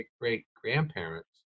great-grandparents